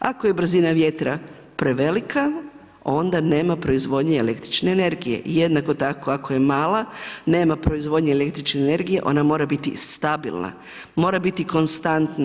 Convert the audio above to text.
Ako je brzina vjetra prevelika onda nema proizvodnje električne energije, jednako tako ako je mala nema proizvodnje električne energije ona mora biti stabilna, mora biti konstantna.